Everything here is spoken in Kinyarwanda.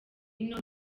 ino